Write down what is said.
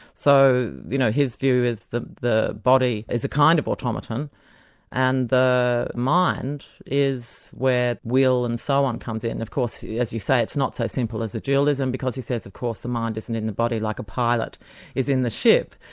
so you know his view is that the body is a kind of automaton and the mind is where will and so on comes in. of course, as you say, it's not so simple as a dualism, because he says of course the mind isn't in the body like a pilot is in the ship,